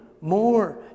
more